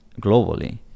globally